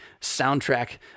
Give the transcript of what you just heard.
soundtrack